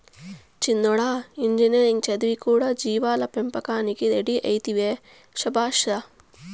చిన్నోడా ఇంజనీరింగ్ చదివి కూడా జీవాల పెంపకానికి రెడీ అయితివే శభాష్ రా